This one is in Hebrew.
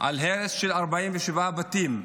על הרס של 47 בתים.